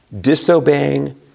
disobeying